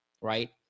Right